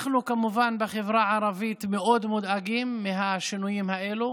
אנחנו בחברה הערבית כמובן מאוד מודאגים מהשינויים האלה,